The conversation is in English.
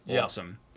awesome